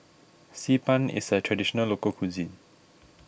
Xi Ban is a Traditional Local Cuisine